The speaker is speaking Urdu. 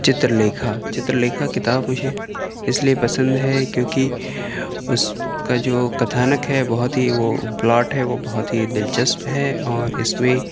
چتر لیکھا چتر لیکھا کتاب مجھے اس لیے پسند ہے کیونکہ اس کا جو کتھانک ہے بہت ہی وہ پلاٹ ہے وہ بہت ہی دلچسپ ہے اور اس میں